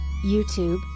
YouTube